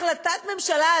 החלטת ממשלה,